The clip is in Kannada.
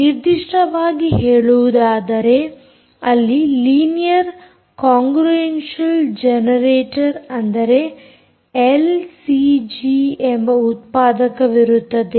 ನಿರ್ದಿಷ್ಟ ವಾಗಿ ಹೇಳುವುದಾದರೆ ಅಲ್ಲಿ ಲೀನಿಯರ್ ಕೊಂಗ್ರುಎಂಷಿಯಲ್ ಜೆನೆರೇಟರ್ ಅಂದರೆ ಎಲ್ಸಿಜಿ ಎಂಬ ಉತ್ಪಾದಕವಿರುತ್ತದೆ